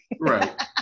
right